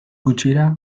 gutxira